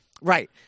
Right